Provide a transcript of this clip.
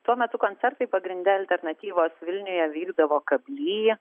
tuo metu koncertai pagrinde alternatyvos vilniuje vykdavo kably